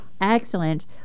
excellent